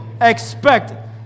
Expect